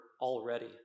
already